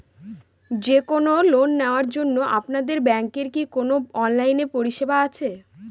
যে কোন লোন নেওয়ার জন্য আপনাদের ব্যাঙ্কের কি কোন অনলাইনে পরিষেবা আছে?